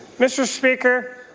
mr. speaker,